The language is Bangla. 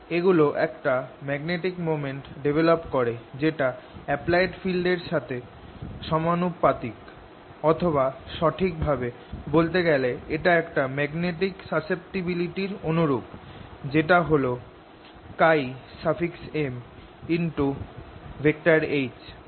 এগুলো একটা ম্যাগনেটিক মোমেন্ট ডেভেলপ করে যেটা অ্যাপ্লায়েড ফিল্ড এর সাথে সমানুপাতিক অথবা সঠিক ভাবে বলতে গেলে এটা একটা ম্যাগনেটিক সাসেপ্টিবিলিটি র অনুরূপ যেটা হল MH